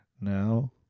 now